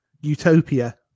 Utopia